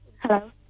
Hello